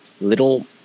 little